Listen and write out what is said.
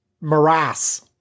morass